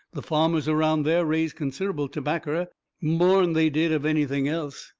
the farmers around there raised considerable tobaccer more'n they did of anything else.